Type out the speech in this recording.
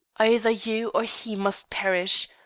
either you or he must perish.